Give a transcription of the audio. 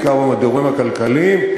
בעיקר במדורים הכלכליים,